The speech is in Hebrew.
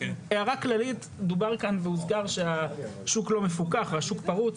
הערה כללית מדובר כאן והוזכר שהשוק לא מפוקח והשוק פרוץ.